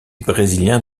brésiliens